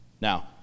Now